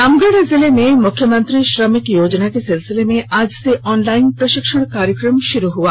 रामगढ़ जिले में मुख्यमंत्री श्रमिक योजना के सिलसिले में आज से ऑनलाइन प्रशिक्षण कार्यक्रम शुरू हुआ